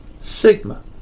Sigma